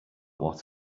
what